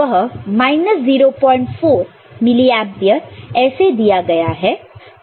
वह 04 milliampere ऐसे दिया गया है